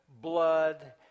blood